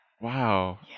Wow